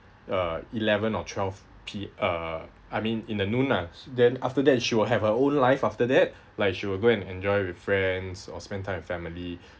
uh eleven or twelve p uh I mean in the noon ah then after that she will have her own life after that like she will go and enjoy with friends or spend time with family